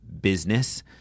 business